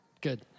Good